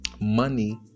Money